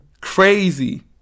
crazy